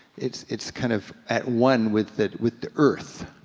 it's it's kind of at one with the with the earth,